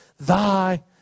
thy